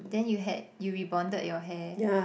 then you had you rebonded your hair